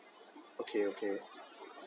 okay okay